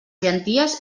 llenties